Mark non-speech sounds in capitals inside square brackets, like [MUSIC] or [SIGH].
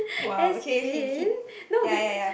[LAUGHS] as in no be